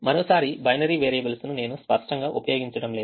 మరోసారి బైనరీ వేరియబుల్స్ను నేను స్పష్టంగా ఉపయోగించడం లేదు